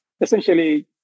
essentially